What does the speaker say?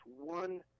one